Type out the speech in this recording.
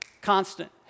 constant